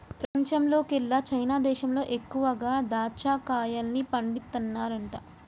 పెపంచంలోకెల్లా చైనా దేశంలో ఎక్కువగా దాచ్చా కాయల్ని పండిత్తన్నారంట